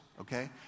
okay